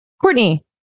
Courtney